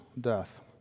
death